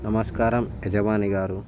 నమస్కారం యజమాని గారు